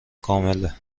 کامله